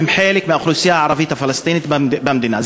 הם חלק מהאוכלוסייה הערבית הפלסטינית במדינה.